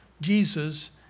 Jesus